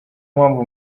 mpamvu